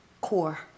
core